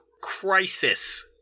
crisis